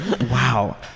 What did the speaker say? Wow